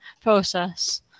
process